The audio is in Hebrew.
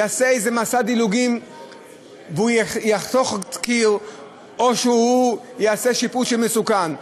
יעשה איזה מסע דילוגים והוא יחתוך קיר או יעשה שיפוץ מסוכן.